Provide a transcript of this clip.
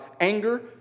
anger